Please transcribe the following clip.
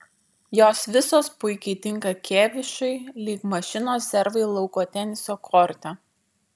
jos visos puikiai tinka kėvišui lyg mašinos servai lauko teniso korte